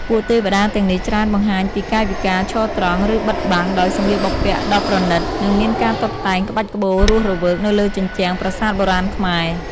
ពួកទេវតាទាំងនេះច្រើនបង្ហាញពីកាយវិការឈរត្រង់ ឬបិទបាំងដោយសម្លៀកបំពាក់ដ៏ប្រណីត និងមានការតុបតែងក្បាច់ក្បូររស់រវើកនៅលើជញ្ជាំងប្រាសាទបុរាណខ្មែរ។